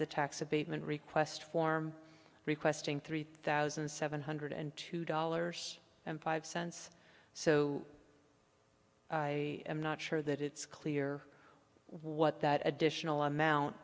the tax abatement request form requesting three thousand seven hundred two dollars and five cents so i am not sure that it's clear what that additional amount